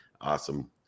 Awesome